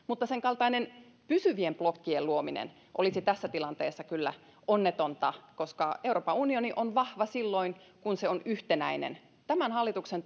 mutta senkaltainen pysyvien blokkien luominen olisi tässä tilanteessa kyllä onnetonta koska euroopan unioni on vahva silloin kun se on yhtenäinen tämän hallituksen